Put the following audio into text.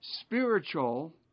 spiritual